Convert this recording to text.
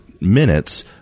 minutes